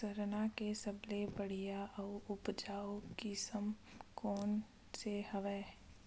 सरना के सबले बढ़िया आऊ उपजाऊ किसम कोन से हवय?